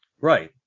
Right